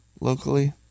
locally